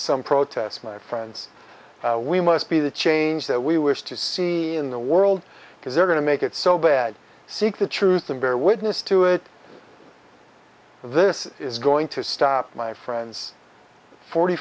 some protests my friends we must be the change that we wish to see in the world because they're going to make it so bad seek the truth i'm very witness to it this is going to stop my friends forty